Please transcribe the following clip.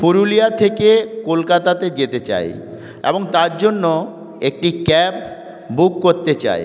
পুরুলিয়া থেকে কলকাতাতে যেতে চাই এবং তার জন্য একটি ক্যাব বুক করতে চাই